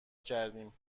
کردیم